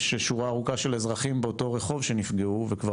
יש שורה ארוכה של אזרחים באותו רחוב שנפגעו וכבר